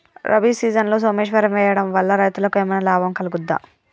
రబీ సీజన్లో సోమేశ్వర్ వేయడం వల్ల రైతులకు ఏమైనా లాభం కలుగుద్ద?